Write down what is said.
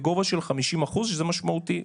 בגובה של 50% שזה משמעותי.